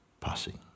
passing